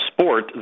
sport